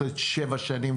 אחרי שבע שנים,